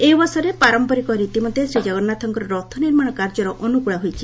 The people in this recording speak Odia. ଏହି ଅବସରରେ ପାରମ୍ପାରିକ ରୀତିମତେ ଶ୍ରୀଜଗନ୍ନାଥଙ୍କ ରଥ ନିର୍ମାଶ କାର୍ଯ୍ୟର ଅନୁକୁଳ ହୋଇଛି